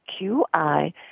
qi